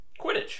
Quidditch